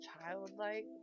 Childlike